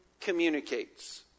communicates